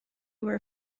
were